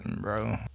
bro